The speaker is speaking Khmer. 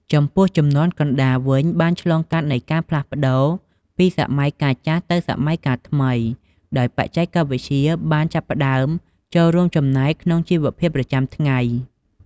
ចំពោះជំនាន់កណ្តាលវិញបានឆ្លងកាត់នៃការផ្លាស់ប្ដូរពីសម័យកាលចាស់ទៅសម័យកាលថ្មី ដោយបច្ចេកវិទ្យាបានចាប់ផ្ដើមចូលរួមចំណែកក្នុងជីវភាពប្រចាំថ្ងៃ។